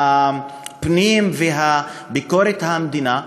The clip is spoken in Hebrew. הפנים וביקורת המדינה,